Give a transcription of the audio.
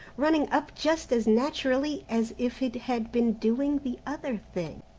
running up just as naturally as if it had been doing the other thing.